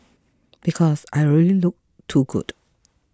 because I already look too good